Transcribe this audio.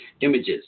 images